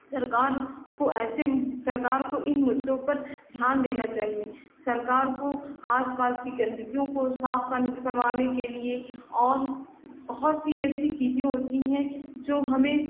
सरकार को ऐसे सरकार को इन मुद्दों पर ध्यान देना चाहिए सरकार को आसपास की गन्दगियों को साफ़ कर करवाने के लिए और बहुत सी ऐसी चीज़ें होती हैं जो हमें